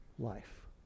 life